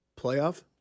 Playoff